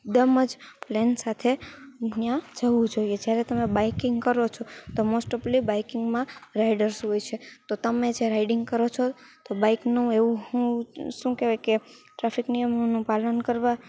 એકદમ જ પ્લાન સાથે ત્યાં જવું જોઈએ જ્યારે તમે બાઇકિંગ કરો છો તો મોસ્ટલી બાઇકિંગમાં રાઇડર્સ હોય છે તો તમે જે રાઇડિંગ કરો છો તો બાઇકનું એવું હું શું કહેવાય કે ટ્રાફિક નિયમોનું પાલન કરવા